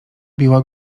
biła